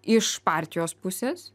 iš partijos pusės